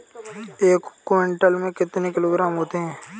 एक क्विंटल में कितने किलोग्राम होते हैं?